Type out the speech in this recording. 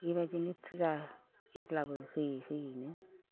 बेबायदिनो फुजा जेब्लाबो होयै होयैनो